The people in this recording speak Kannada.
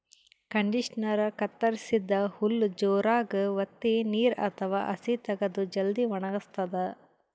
ಕಂಡಿಷನರಾ ಕತ್ತರಸಿದ್ದ್ ಹುಲ್ಲ್ ಜೋರಾಗ್ ವತ್ತಿ ನೀರ್ ಅಥವಾ ಹಸಿ ತಗದು ಜಲ್ದಿ ವಣಗಸ್ತದ್